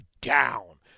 down